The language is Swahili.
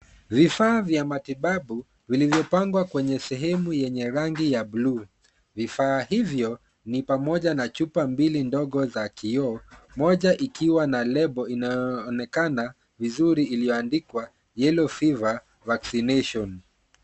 Vifaa vya matibabu vilivyopangwa kwenye sehemu yenye rangi ya bluu. Vifaa hivyo ni pamoja na chupa mbili ndogo za kioo, moja ikiwa na lebo inayoonekana vizuri iliyoondikwa yellow fever vaccination .